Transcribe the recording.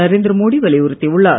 நரேந்திரமோடி வலியுறுத்தியுள்ளார்